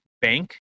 bank